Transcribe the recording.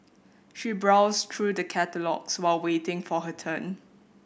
she browsed through the catalogues while waiting for her turn